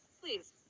please